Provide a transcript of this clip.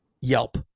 Yelp